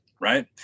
Right